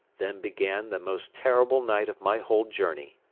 then began the most terrible night of my whole journey.